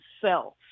self